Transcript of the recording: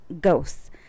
ghosts